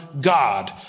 God